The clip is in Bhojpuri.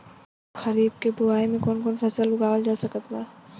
खरीब के बोआई मे कौन कौन फसल उगावाल जा सकत बा?